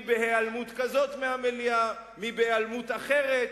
מי בהיעלמות כזאת מהמליאה ומי בהיעלמות אחרת,